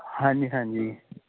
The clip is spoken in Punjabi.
ਹਾਂਜੀ ਹਾਂਜੀ